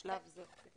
בשלב זה.